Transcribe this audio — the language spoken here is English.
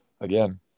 again